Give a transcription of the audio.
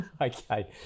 okay